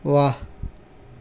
वाह